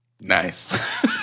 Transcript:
Nice